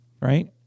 right